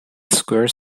square